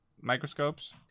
microscopes